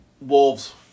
Wolves